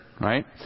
right